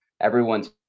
everyone's